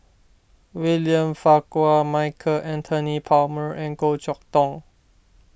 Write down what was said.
William Farquhar Michael Anthony Palmer and Goh Chok Tong